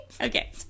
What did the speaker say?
okay